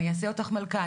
אני אעשה אותך מלכה,